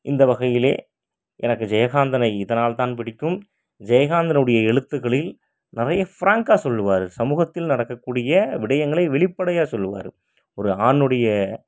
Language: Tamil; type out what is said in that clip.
இந்த வகையிலே எனக்கு ஜெயகாந்தனை இதனால் தான் பிடிக்கும் ஜெயகாந்தனுடைய எழுத்துக்களில் நிறைய ஃபிராங்க்கா சொல்லுவாரு சமூகத்தில் நடக்கக்கூடிய விடையங்களை வெளிப்படையாக சொல்லுவார் ஒரு ஆணுடைய